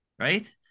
right